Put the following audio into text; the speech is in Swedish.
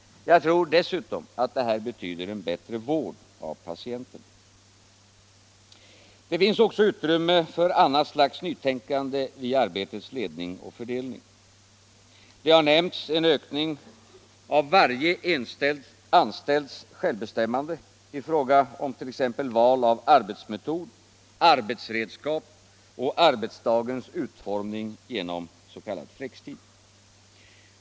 Jag tror dessutom att det här betyder en bättre vård av patienterna. Det finns också utrymme för annat slags nytänkande vid arbetets ledning och fördelning. Det har nämnts en ökning av varje anställds självbestämmande i fråga om t.ex. val av arbetsmetod, arbetsredskap och arbetsdagens utformning genom s.k. flextid.